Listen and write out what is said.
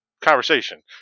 conversation